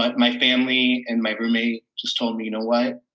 but my family and my roommate just told me, you know what?